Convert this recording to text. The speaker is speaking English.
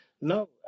No